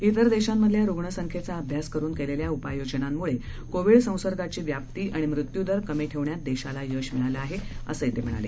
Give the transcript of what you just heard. तिर देशांमधल्या रुग्णसंख्येचा अभ्यास करून केलेल्या उपाय योजनांमुळे कोविड संसर्गाची व्याप्ती आणि मृत्युदर कमी ठेवण्यात देशाला यश मिळालं आहे असंही ते म्हणाले